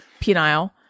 penile